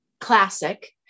classic